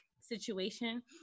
situation